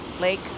Lake